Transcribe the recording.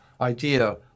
idea